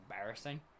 embarrassing